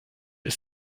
ist